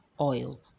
oil